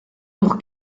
pour